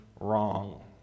wrong